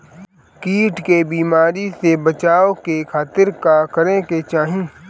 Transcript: कीट के बीमारी से बचाव के खातिर का करे के चाही?